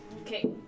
Okay